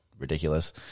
ridiculous